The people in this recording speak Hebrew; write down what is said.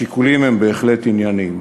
השיקולים הם בהחלט ענייניים.